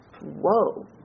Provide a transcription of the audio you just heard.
whoa